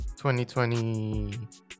2020